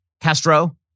Castro